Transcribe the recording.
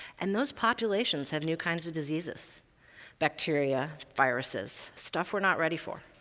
and those populations have new kinds of diseases bacteria, viruses stuff we're not ready for.